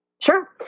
Sure